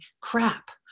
crap